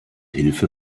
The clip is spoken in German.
hilfe